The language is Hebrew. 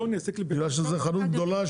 בגלל שזו חנות גדולה?